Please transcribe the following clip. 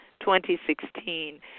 2016